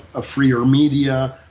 a freer media,